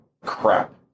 crap